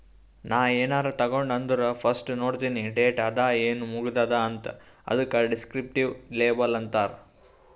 ನಾ ಏನಾರೇ ತಗೊಂಡ್ ಅಂದುರ್ ಫಸ್ಟ್ ನೋಡ್ತೀನಿ ಡೇಟ್ ಅದ ಏನ್ ಮುಗದೂದ ಅಂತ್, ಅದುಕ ದಿಸ್ಕ್ರಿಪ್ಟಿವ್ ಲೇಬಲ್ ಅಂತಾರ್